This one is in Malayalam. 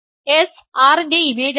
S R ൻറെ ഇമേജ് ആണ്